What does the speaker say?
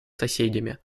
соседями